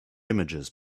images